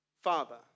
father